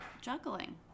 juggling